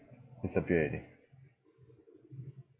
disappear already